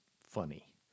funny